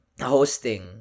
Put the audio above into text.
hosting